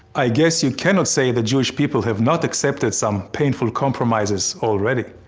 i guess you cannot say the jewish people have not accepted some painful compromises already.